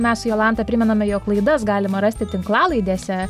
mes su jolanta primename jog laidas galima rasti tinklalaidėse